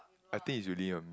I think is you lean on